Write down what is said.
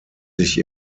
sich